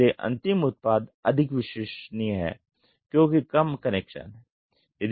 इसलिए अंतिम उत्पाद अधिक विश्वसनीय है क्योंकि कम कनेक्शन हैं